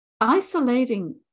isolating